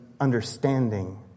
understanding